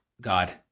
God